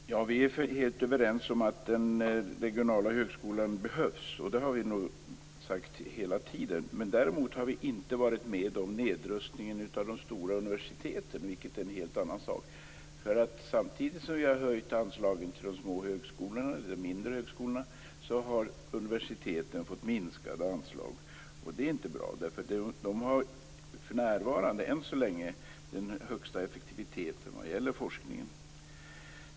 Fru talman! Vi är helt överens om att den regionala högskolan behövs. Det har vi nog sagt hela tiden. Däremot har vi inte varit med om nedrustningen av de stora universiteten, vilket är en helt annan sak. Samtidigt som anslagen till de mindre högskolorna har höjts har universiteten fått minskade anslag. Det är inte bra, eftersom universiteten för närvarande, än så länge, har den högsta effektiviteten vad gäller forskningen.